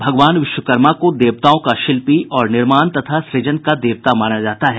भगवान विश्वकर्मा को देवताओं का शिल्पी और निर्माण तथा सृजन का देवता माना जाता है